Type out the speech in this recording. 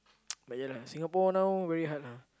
but ya lah Singapore now very hard lah